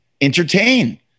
entertain